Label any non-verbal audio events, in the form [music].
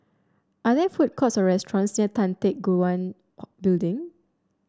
are there food courts or restaurants near Tan Teck Guan [unintelligible] Building